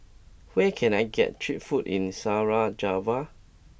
where can I get cheap food in Sarajevo